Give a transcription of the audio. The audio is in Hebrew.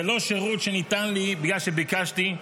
זה לא שירות שניתן לי בגלל שביקשתי,